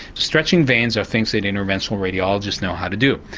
stretching veins are things that interventional radiologists know how to do.